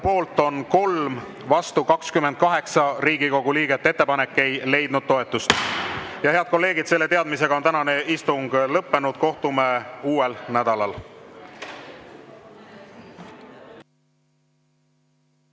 poolt on 3, vastu 28 Riigikogu liiget. Ettepanek ei leidnud toetust. Head kolleegid! Selle teadmisega on tänane istung lõppenud. Kohtume uuel nädalal.